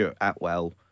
atwell